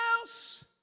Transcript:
else